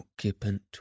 occupant